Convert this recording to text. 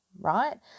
Right